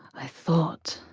i thought,